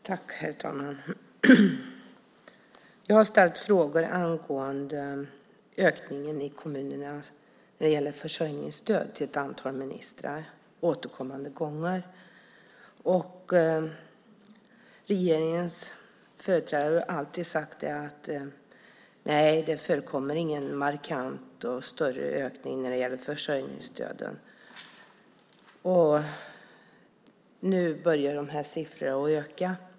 Herr talman! Jag har ställt frågor angående ökning av kommunernas utgifter för försörjningsstöd till ett antal ministrar återkommande gånger. Regeringens företrädare har alltid sagt: Det förekommer ingen markant eller större ökning av försörjningsstöden. Nu börjar siffrorna öka.